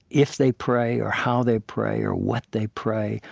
if they pray or how they pray or what they pray,